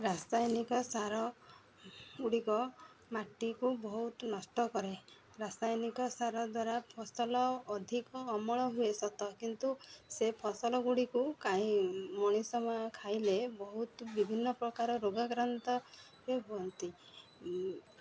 ରାସାୟନିକ ସାର ଗୁଡ଼ିକ ମାଟିକୁ ବହୁତ ନଷ୍ଟ କରେ ରାସାୟନିକ ସାର ଦ୍ୱାରା ଫସଲ ଅଧିକ ଅମଳ ହୁଏ ସତ କିନ୍ତୁ ସେ ଫସଲ ଗୁଡ଼ିକୁ କାହି ମଣିଷ ଖାଇଲେ ବହୁତ ବିଭିନ୍ନ ପ୍ରକାର ରୋଗାକ୍ରାନ୍ତରେ ହୁଅନ୍ତି